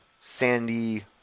Sandy